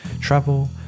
travel